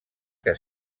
que